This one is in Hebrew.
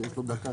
כי יש לו דקה.